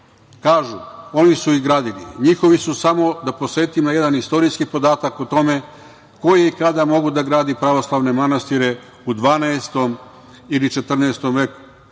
kažu da su ih oni gradili, njihovi su. Samo da podsetim na jedan istorijski podatak o tome, ko je i kada mogao da gradi pravoslavne manastire u 12. ili 14. veku.